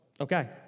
Okay